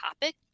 topic